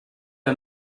are